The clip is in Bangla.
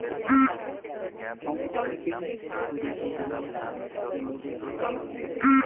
অংক্যাপিং ছুরি দিয়া মৌচাক থাকি মধু বের করাঙ হই